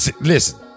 listen